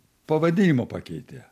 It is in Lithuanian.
pavadinimą pakeitė